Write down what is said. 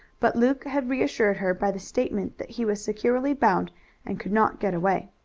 but luke had reassured her by the statement that he was securely bound and could not get away.